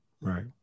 Right